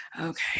Okay